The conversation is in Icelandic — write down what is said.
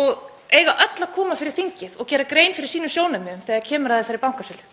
og eiga öll að koma fyrir þingið og gera grein fyrir sínum sjónarmiðum þegar kemur að þessari bankasölu.